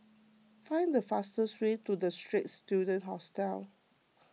find the fastest way to the Straits Students Hostel